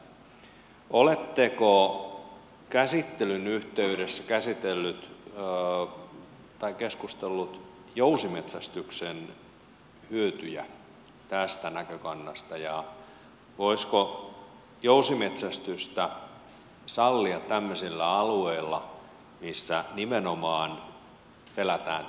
oletteko käsittelyn yhteydessä käsitelleet tai keskustelleet jousimetsästyksen hyödyistä tältä näkökannalta ja voisiko jousimetsästystä sallia tämmöisillä alueilla missä nimenomaan pelätään tätä pauketta